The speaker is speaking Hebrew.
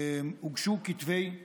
הוגשו כתבי אישום.